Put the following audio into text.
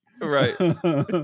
Right